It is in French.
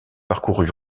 parcours